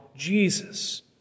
Jesus